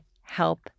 help